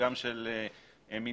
גם של מינויים,